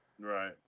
Right